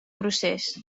procés